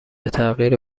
تغییر